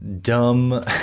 dumb